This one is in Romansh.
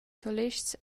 solists